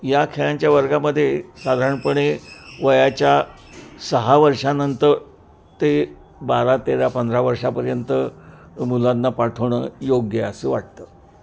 या खेळांच्या वर्गामध्ये साधारणपणे वयाच्या सहा वर्षानंतर ते बारा तेरा पंधरा वर्षापर्यंत मुलांना पाठवणं योग्य असं वाटतं